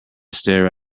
stare